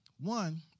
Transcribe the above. one